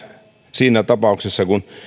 siinä tapauksessa kun